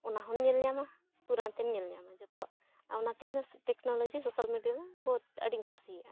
ᱚᱱᱟ ᱦᱚᱸᱢ ᱧᱮᱞᱧᱟᱢᱟ ᱛᱩᱨᱟᱹᱱ ᱛᱮᱢ ᱧᱮᱞ ᱧᱟᱢᱟ ᱡᱚᱛᱚᱣᱟᱜ ᱚᱱᱟᱛᱮ ᱤᱧᱫᱚ ᱴᱮᱠᱱᱚᱞᱚᱡᱤ ᱥᱳᱥᱟᱞ ᱢᱤᱰᱤᱭᱟ ᱵᱚᱦᱩᱛ ᱟᱹᱰᱤᱧ ᱠᱩᱥᱤᱭᱟᱜᱼᱟ